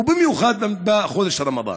ובמיוחד בחודש רמדאן?